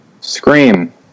Scream